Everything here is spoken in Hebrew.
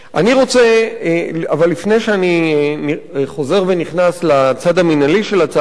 אבל לפני שאני חוזר ונכנס לצד המינהלי של הצעת החוק,